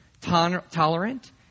tolerant